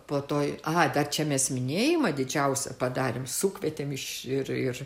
po to a dar čia mes minėjimą didžiausią padarėm sukvietėm iš ir